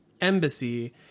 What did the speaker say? embassy